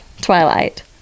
Twilight